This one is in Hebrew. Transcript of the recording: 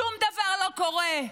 שום דבר לא קורה.